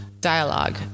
dialogue